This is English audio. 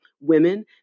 women